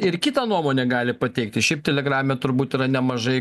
ir kitą nuomonę gali pateikti šiaip telegrame turbūt yra nemažai